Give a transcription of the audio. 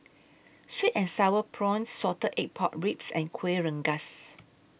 Sweet and Sour Prawns Salted Egg Pork Ribs and Kuih Rengas